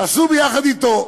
עשו יחד אתו.